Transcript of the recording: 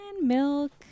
milk